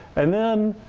and then,